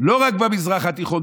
המזרח התיכון,